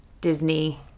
Disney